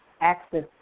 access